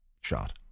shot